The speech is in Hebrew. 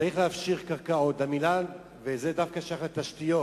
צריך להפשיר קרקעות, וזה דווקא שייך לתשתיות.